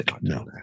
no